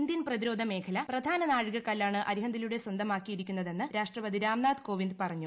Indian പ്രതിരോധ മേഖല പ്രധാന നാഴികക്കല്ലാണ് അരിഹന്തിലൂടെ സ്വന്തമാക്കിയിരിക്കുന്നതെന്ന് രാഷ്ട്രപതി രാംനാഥ് കോവിന്ദ് പറഞ്ഞു